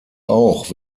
auch